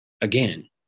again